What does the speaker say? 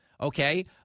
Okay